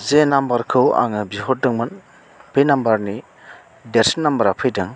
जे नाम्बारखौ आङो बिहरदोंमोन बे नाम्बारनि देरसिन नाम्बारा फैदों